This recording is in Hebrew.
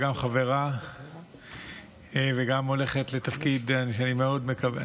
גם חברה וגם הולכת לתפקיד שאני מאוד מקווה,